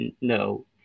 no